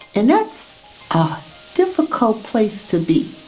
and that's a difficult place to be.